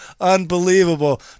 unbelievable